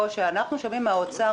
זה שאנחנו שומעים מהאוצר,